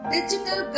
Digital